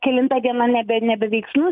kelinta diena nebe nebe veiksnus